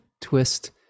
twist